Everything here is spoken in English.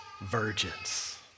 virgins